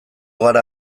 gara